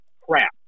crap